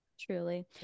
truly